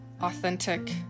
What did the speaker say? authentic